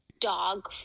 dog